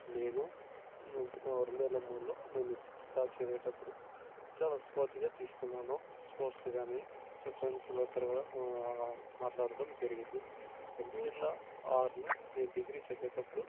నేను రెండువేల మూడులో నేను సిక్త్ క్లాస్ చదివేటప్పుడు చాలా స్పోర్టీవ్గా తీసుకున్నాను స్పోర్ట్స్ కానీ చా ఫ్రెండ్స్లో తిరగడం మాట్లాడటం జరిగింది రెండువేల ఆరులో నేను డిగ్రీ చదివేటప్పుడు